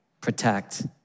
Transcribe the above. protect